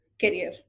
career